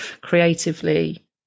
creatively